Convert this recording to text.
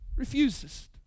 refuses